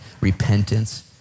repentance